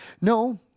No